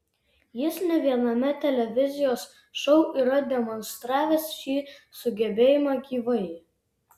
jis ne viename televizijos šou yra demonstravęs šį sugebėjimą gyvai